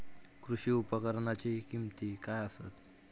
कृषी उपकरणाची किमती काय आसत?